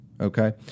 okay